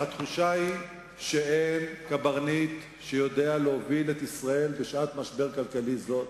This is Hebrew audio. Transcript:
שהתחושה היא שאין קברניט שיודע להוביל את ישראל בשעת משבר כלכלי זו.